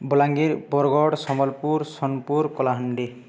Balangir Bargarh Sambalpur Sonepur Kalahandi